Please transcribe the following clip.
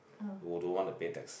who don't want to pay tax